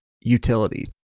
utility